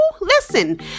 listen